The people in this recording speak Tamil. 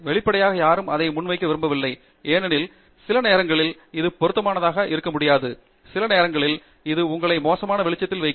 வெளிப்படையாக யாரும் அதை முன்வைக்க விரும்பவில்லை ஏனெனில் சிலநேரங்களில் இது பொருத்தமானதாக இருக்க முடியாது சிலநேரங்களில் இது உங்களை மோசமான வெளிச்சத்தில் வைக்கும்